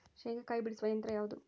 ಶೇಂಗಾಕಾಯಿ ಬಿಡಿಸುವ ಯಂತ್ರ ಯಾವುದು?